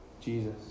Jesus